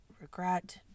regret